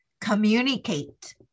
communicate